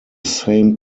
same